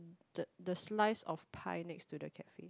the the slice of pie next to the cafe